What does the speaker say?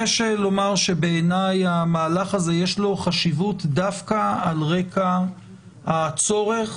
בעיניי למהלך הזה יש חשיבות דווקא על רקע הצורך